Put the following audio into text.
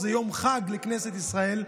זה יום חג לכנסת ישראל,